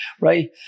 right